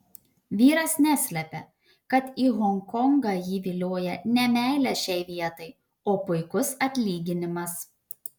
vyras neslepia kad į honkongą jį vilioja ne meilė šiai vietai o puikus atlyginimas